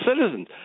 citizens